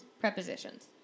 prepositions